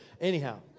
Anyhow